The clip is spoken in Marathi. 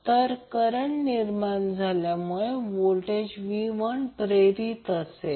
तर करंट निर्माण झाल्यामुळे व्होल्टेज v प्रेरित झालेला असेल